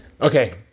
Okay